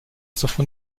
davon